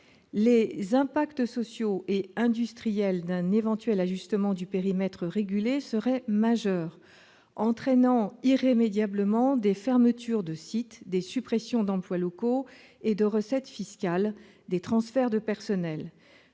Les impacts sociaux et industriels d'un éventuel ajustement du périmètre régulé seraient majeurs, entraînant irrémédiablement des fermetures de sites, des suppressions d'emplois locaux et de recettes fiscales, des transferts de personnel,